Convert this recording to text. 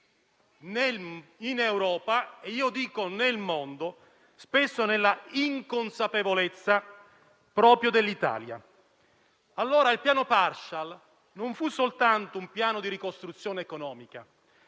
in Europa - e io dico nel mondo - spesso nella inconsapevolezza proprio dell'Italia. Allora il piano Marshall non fu soltanto un piano di ricostruzione economica,